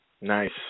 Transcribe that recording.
Nice